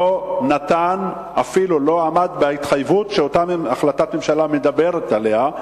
לא עמד בהתחייבות שאותה החלטת ממשלה מדברת עליה.